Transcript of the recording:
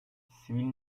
sivil